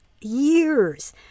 years